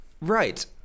Right